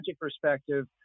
perspective